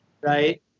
right